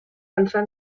pensar